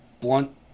blunt